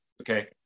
Okay